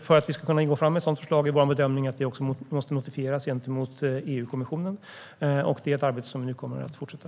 För att vi ska kunna gå fram med ett sådant förslag är vår bedömning att det också måste notifieras gentemot EU-kommissionen, och det är ett arbete som nu kommer att fortsätta.